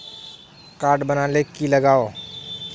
Card बना ले की लगाव?